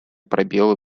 пробелы